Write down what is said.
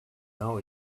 now